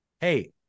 Hey